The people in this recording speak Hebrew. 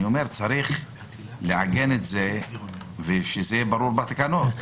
אני אומר שצריך לעגן את זה ושזה יהיה ברור בתקנות.